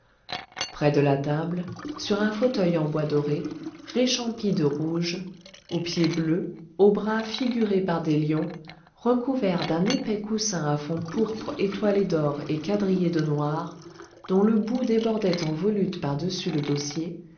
près de la table sur un fauteuil en bois doré réchampi de rouge aux pieds bleus aux bras figurés par des lions recouvert d'un épais coussin à fond pourpre étoilé d'or et quadrillé de noir dont le bout débordait en volute par-dessus le dossier